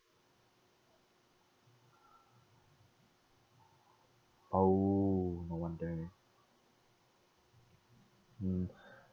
orh no wonder mm